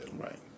Right